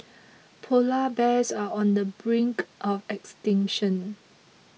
Polar Bears are on the brink of extinction